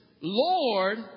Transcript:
Lord